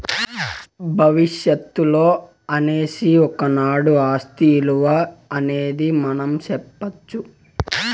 భవిష్యత్తులో అనేసి ఒకనాడు ఆస్తి ఇలువ అనేది మనం సెప్పొచ్చు